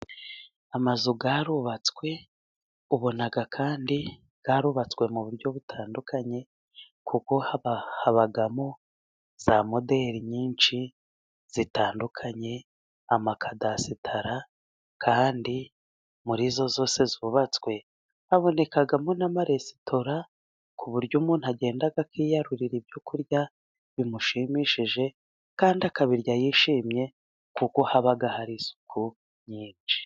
Amazu yarubatswe, ubona kandi yarubatswe mu buryo butandukanye ,kuko habamo za moderi nyinshi zitandukanye, amakadasitara kandi muri izo zose zubatswe ,habonekamo n'amaresitora ku buryo umuntu agenda akiyarurira ibyo kurya bimushimishije ,kandi akabirya yishimye kuko haba hari isuku nyinshi.